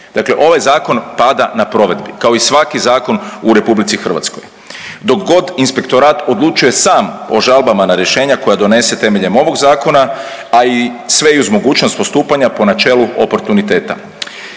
Dakle, ovaj zakon pada na provedbi kao i svaki zakon u RH. Dokgod inspektora odlučuje sam o žalbama na rješenja koja donese temeljem ovog zakona, a i sve i uz mogućnost postupanja po načelu oportuniteta